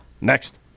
Next